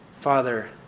Father